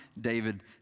David